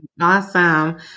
Awesome